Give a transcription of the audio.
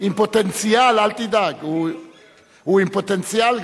עם פוטנציאל, אל תדאג, הוא עם פוטנציאל.